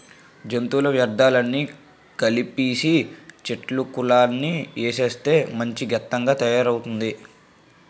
జంతువుల వ్యర్థాలన్నీ కలిపీసీ, చెట్లాకులన్నీ ఏసేస్తే మంచి గెత్తంగా తయారయిందక్కా